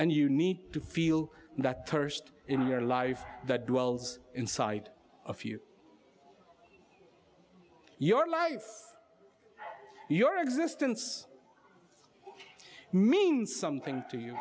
and you need to feel that thirst in your life that dwells inside of you your life your existence means something to you